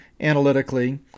analytically